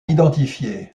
identifier